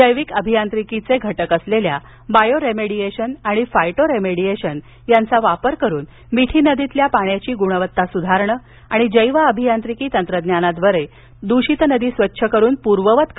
जैविक अभियांत्रिकीचे घटक असलेल्या बायोरेमेडिएशन आणि फायटो रेमेडीएशन यांचा वापर करून मिठी नदीतील पाण्याची गुणवत्ता सुधारणे आणि जैव अभियांत्रिकी तंत्रज्ञानाद्वारे द्रषित नदी स्वच्छ करून पूर्ववत करणे हे प्रकल्पाचे उद्घिष्ट आहे